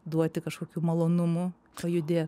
duoti kažkokių malonumų pajudėt